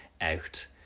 out